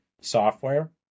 software